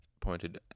pointed